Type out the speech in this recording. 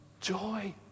Joy